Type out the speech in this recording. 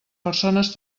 persones